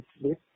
sleep